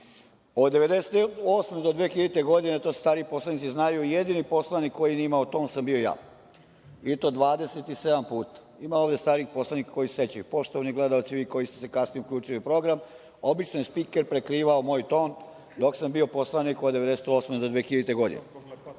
1998. do 2000. godine, to stariji poslanici znaju, jedini poslanik koji nije imao ton sam bio ja. I to 27 puta. Ima ovde starijih poslanika koji se sećaju. Poštovani gledaoci, vi koji ste se kasnije uključili u program, obično je spiker prekrivao moj ton dok sam bio poslanik od 1998. do 2000. godine.A